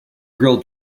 grilled